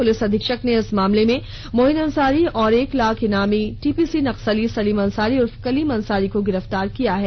police अधीक्षक ने इस मामले में मोहीन अंसारी तथा एक लाख इनामी टीपीसी नक्सली सलीम अंसारी उर्फ कलीम अंसारी को गिरफ्तार किया है